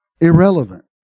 irrelevant